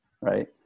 right